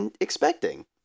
expecting